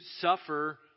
suffer